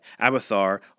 Abathar